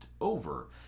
over